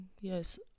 yes